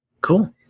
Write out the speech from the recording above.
Cool